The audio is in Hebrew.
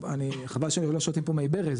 חבל שלא שותים פה מי ברז,